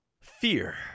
Fear